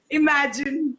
imagine